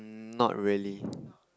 not really